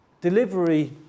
delivery